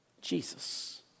Jesus